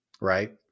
right